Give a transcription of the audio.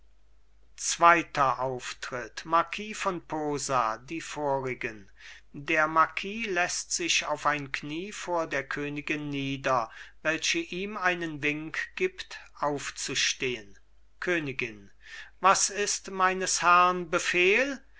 zweiter auftritt marquis von posa die vorigen der marquis läßt sich auf ein knie vor der königin nieder welche ihm einen wink gibt aufzustehen königin was ist meines herrn befehl